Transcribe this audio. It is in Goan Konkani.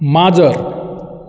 माजर